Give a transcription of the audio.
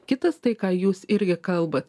kitas tai ką jūs irgi kalbat